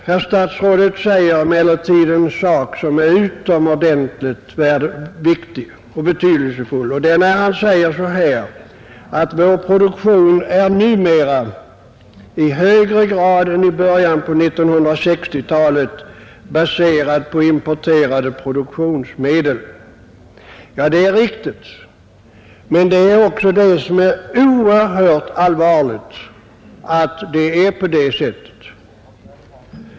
Herr statsrådet säger emellertid en sak som är utomordentligt viktig, nämligen att vår produktion numera i högre grad än i början på 1960-talet är baserad på importerade produktionsmedel. Ja, det är riktigt, men det är också oerhört allvarligt att det är på det sättet.